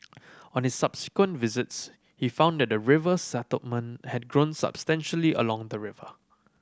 on his subsequent visits he found that the river settlement had grown substantially along the river